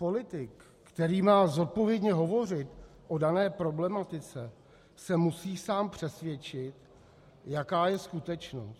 Politik, který má zodpovědně hovořit o dané problematice, se musí sám přesvědčit, jaká je skutečnost.